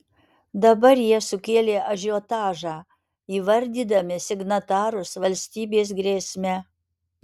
dabar jie sukėlė ažiotažą įvardydami signatarus valstybės grėsme